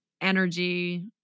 energy